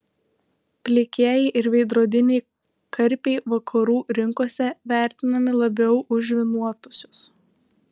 plikieji ir veidrodiniai karpiai vakarų rinkose vertinami labiau už žvynuotuosius